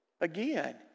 again